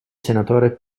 senatore